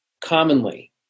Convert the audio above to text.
commonly